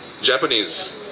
Japanese